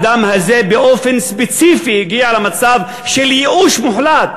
האדם הזה באופן ספציפי הגיע למצב של ייאוש מוחלט